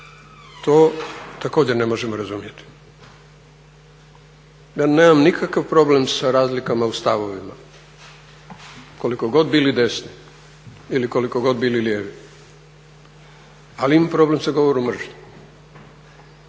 to također ne možemo razumjeti. Ja nemam nikakav problem sa razlikama u stavovima koliko god bili desni ili koliko god bili lijevi ali imam problem sa govorom mržnje,